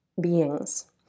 beings